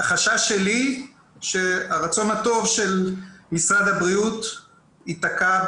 החשש שלי שהרצון הטוב של משרד הבריאות ייתקע